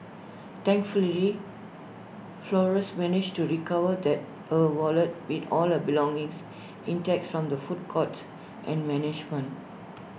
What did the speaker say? thankfully Flores managed to recover that her wallet with all her belongings intact from the food court's and management